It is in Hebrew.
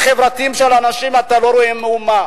הכלכליים-החברתיים של האנשים אתה לא רואה מאומה.